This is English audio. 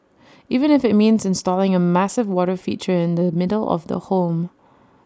even if IT means installing A massive water feature in the middle of the home